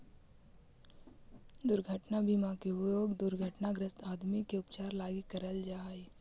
दुर्घटना बीमा के उपयोग दुर्घटनाग्रस्त आदमी के उपचार लगी करल जा हई